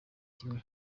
kimwe